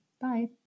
bye